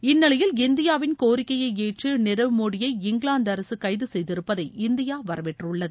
இந்நிலையில் இந்தியாவின் கோரிக்கையை ஏற்று நீரவ் மோடியை இங்கிவாந்து அரசு கைது செய்திருப்பதை இந்தியா வரவேற்றுள்ளது